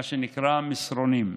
מה שנקרא מסרונים.